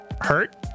hurt